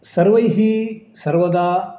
सर्वैः सर्वदा